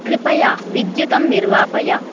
कृपया विद्युतं निर्वापय